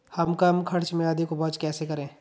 हम कम खर्च में अधिक उपज कैसे करें?